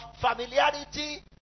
familiarity